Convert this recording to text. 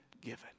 given